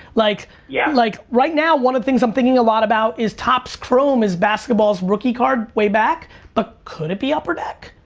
like yeah like right now one of the things i'm thinking a lot about is topps chrome is basketball's rookie card way back but could it be upper deck?